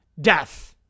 death